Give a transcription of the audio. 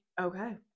Okay